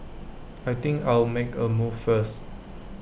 I think I'll make A move first